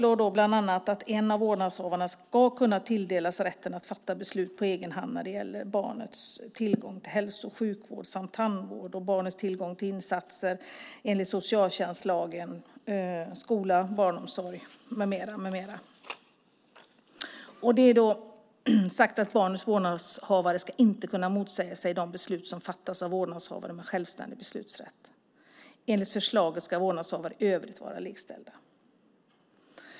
I det föreslås att en av vårdnadshavarna ska kunna tilldelas rätten att fatta beslut på egen hand när det gäller barnets tillgång till hälso och sjukvård samt tandvård och barnets tillgång till insatser enligt socialtjänstlagen - skola, barnomsorg med mera. Det är sagt att barnets andra vårdnadshavare inte ska kunna motsätta sig de beslut som fattas av vårdnadshavaren med självständig beslutsrätt. Enligt förslaget ska vårdnadshavarna i övrigt vara likställda.